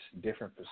different